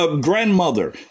grandmother